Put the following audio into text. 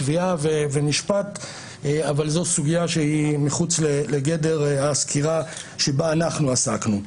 תביעה ומשפט אבל זו סוגיה שהיא מחוץ לגדר הסקירה בה אנחנו עסקנו.